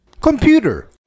Computer